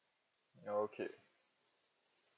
okay